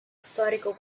storico